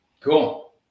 Cool